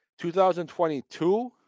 2022